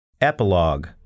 Epilogue